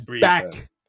back